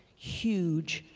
huge,